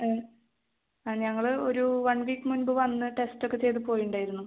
ആ ഞങ്ങൾ ഒരു വൺ വീക്ക് മുൻപ് വന്ന് ടെസ്റ്റ് ഒക്കെ ചെയ്ത് പോയിട്ടുണ്ടായിരുന്നു